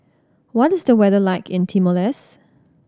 what is the weather like in Timor Leste